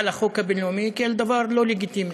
על החוק הבין-לאומי כאל דבר לא לגיטימי,